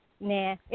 Nah